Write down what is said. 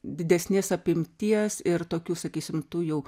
didesnės apimties ir tokių sakysim tų jau